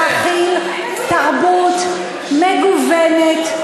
להכיל תרבות מגוונת,